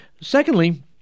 secondly